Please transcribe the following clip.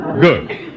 Good